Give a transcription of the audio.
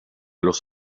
los